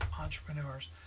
entrepreneurs